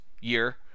year